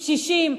קשישים,